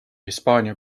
hispaania